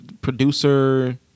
producer